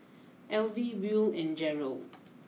Elvie Buell and Jerold